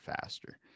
faster